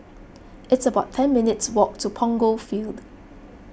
it's about ten minutes walk to Punggol Field